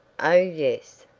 oh, yes.